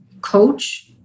coach